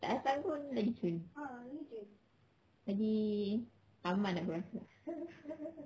tak datang pun lagi cun lagi aman aku rasa